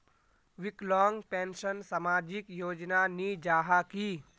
विकलांग पेंशन सामाजिक योजना नी जाहा की?